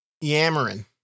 yammering